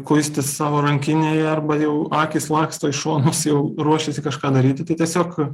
kuistis savo rankinėje arba jau akys laksto į šonus jau ruošiasi kažką daryti tai tiesiog